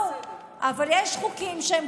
אני רוצה שהחוק הזה יעבור גם בלי האופוזיציה.